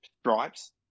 stripes